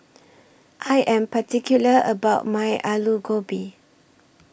I Am particular about My Alu Gobi